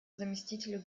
заместителю